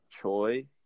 Choi